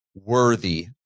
worthy